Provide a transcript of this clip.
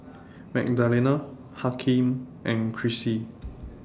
Magdalena Hakeem and Chrissie